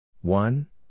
One